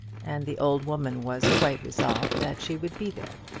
and the old woman was quite resolved that she would be there.